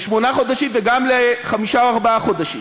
לשמונה חודשים וגם לחמישה או ארבעה חודשים.